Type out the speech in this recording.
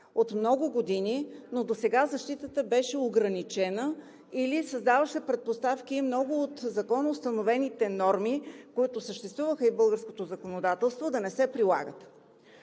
от много години, но досега защитата беше ограничена или създаваше много предпоставки от законоустановените норми, които съществуваха в българското законодателство, да не се прилагат.